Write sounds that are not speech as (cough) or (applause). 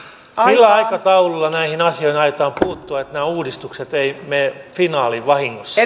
millä aikataululla näihin asioihin aiotaan puuttua että nämä uudistukset eivät mene finaaliin vahingossa (unintelligible)